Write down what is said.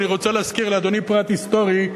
אני רוצה להזכיר לאדוני פרט היסטורי,